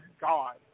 God